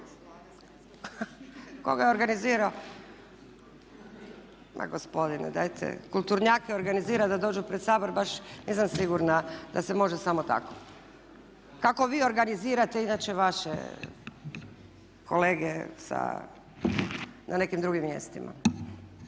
ga je organizirao? Ma gospodine dajte. Kulturnjake organizirati da dođu pred Sabor baš nisam sigurna da se može samo tako kako vi organizirate inače vaše kolege na nekim drugim mjestima.